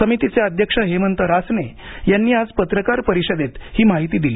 समितीचे अध्यक्ष हेमंत रासने यांनी आज पत्रकार परिषदेत ही माहिती दिली